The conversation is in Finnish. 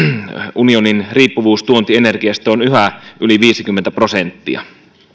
unionin riippuvuus tuontienergiasta on yhä yli viisikymmentä prosenttia